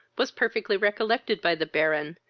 was perfectly recollected by the baron,